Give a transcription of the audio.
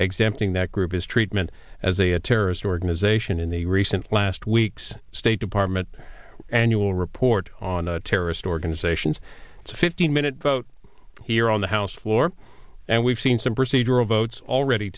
exempting that group his treatment as a terrorist organization in the recent last week's state department annual report on terrorist organizations it's a fifteen minute vote here on the house floor and we've seen some procedural votes already